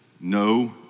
No